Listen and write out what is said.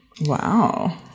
Wow